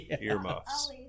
Earmuffs